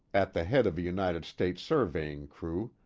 at the head of a united states surveying crew,